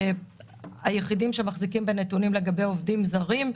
היחידים שמחזיקים בנתונים לגבי עובדים זרים,